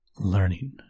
learning